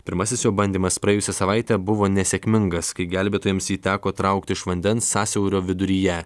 pirmasis jo bandymas praėjusią savaitę buvo nesėkmingas kai gelbėtojams jį teko traukt iš vandens sąsiaurio viduryje